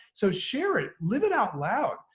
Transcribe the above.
so share it. live it out loud.